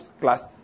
class